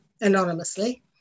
anonymously